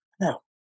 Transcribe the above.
No